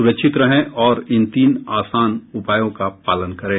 सुरक्षित रहें और इन तीन आसान उपायों का पालन करें